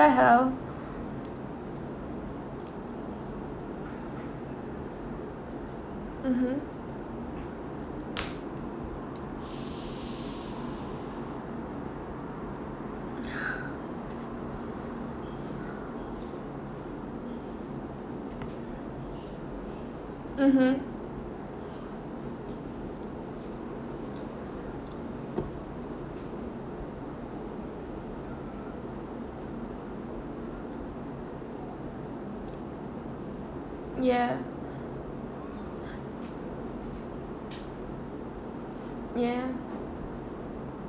the hell mmhmm mmhmm ya ya